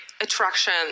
attraction